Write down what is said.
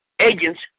agents